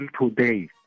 today